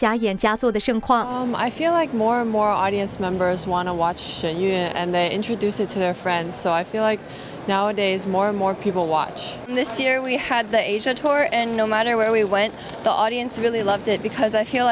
quantum i feel like more more audience members want to watch and introduce it to their friends so i feel like nowadays more and more people watch and this year we had the asian tour and no matter where we went the audience really loved it because i feel